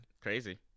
Crazy